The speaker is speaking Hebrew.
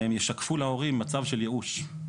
והם ישקפו להורים מצב של ייאוש.